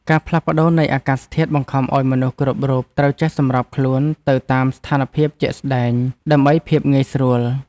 ការផ្លាស់ប្តូរនៃអាកាសធាតុបង្ខំឱ្យមនុស្សគ្រប់រូបត្រូវចេះសម្របខ្លួនទៅតាមស្ថានភាពជាក់ស្តែងដើម្បីភាពងាយស្រួល។